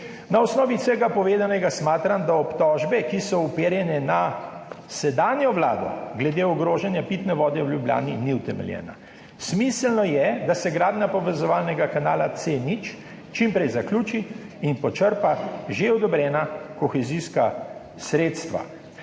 Na osnovi vsega povedanega smatram, da obtožbe, ki so uperjene na sedanjo vlado glede ogrožanja pitne vode v Ljubljani, ni utemeljena. Smiselno je, da se gradnja povezovalnega kanala C0 čim prej zaključi in počrpa že odobrena kohezijska sredstva.